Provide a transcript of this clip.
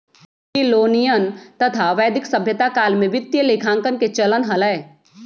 Babylonian तथा वैदिक सभ्यता काल में वित्तीय लेखांकन के चलन हलय